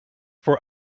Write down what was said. for